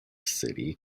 city